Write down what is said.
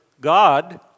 God